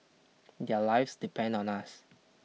their lives depend on us